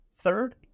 third